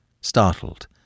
Startled